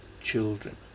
children